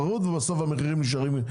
תחרות ובסוף המחירים נשארים.